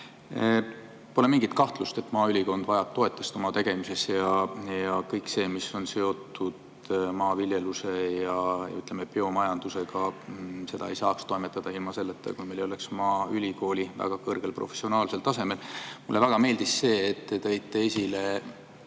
Pole mingit kahtlust, et maaülikool vajab toetust oma tegemises. Kõik see, mis on seotud maaviljeluse, ja ütleme, biomajandusega, seda ei saaks toimetada ilma selleta, et meie maaülikool oleks professionaalselt väga kõrgel tasemel. Mulle väga meeldis see, et te tõite esile